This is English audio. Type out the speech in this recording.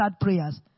prayers